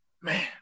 Man